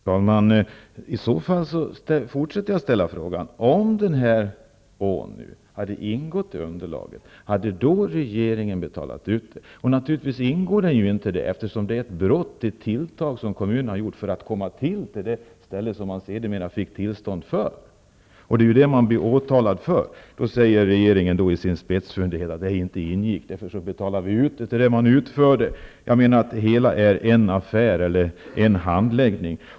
Herr talman! I så fall fortsätter jag att ställa frågan. Om denna å hade ingått i bidragsunderlaget, hade regeringen då betalat ut bidraget? Naturligtvis ingår den inte i underlaget. Det handlar här om ett brott, ett tilltag, som kommunen har gjort för att åstadkomma det som man fick tillstånd för. Och det är det som man blir åtalad för. I sin spetsfundighet säger regeringen att bron inte ingick i bidragsansökan och därför betalar vi ut bidraget för utförda arbeten. Jag menar att det hela är en enda handläggning.